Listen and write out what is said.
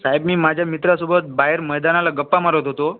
साहेब मी माझ्या मित्रासोबत बाहेर मैदानाला गप्पा मारत होतो